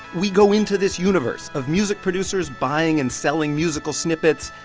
we go into this universe of music producers buying and selling musical snippets,